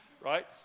right